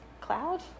cloud